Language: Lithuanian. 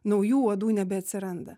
naujų uodų nebeatsiranda